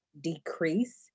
decrease